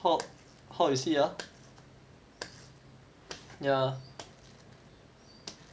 how how is he ah